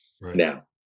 Now